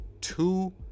two